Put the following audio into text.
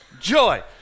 Joy